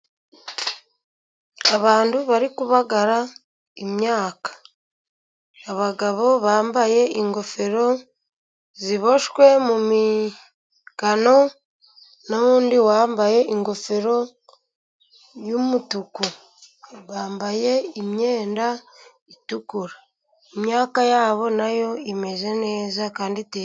Sbantu bari kubagara imyaka, abagabo bambaye ingofero ziboshwe mu migano, n'uwundi wambaye ingofero y'umutuku, bambaye imyenda itukura, imyaka yabo nayo imeze neza kandi.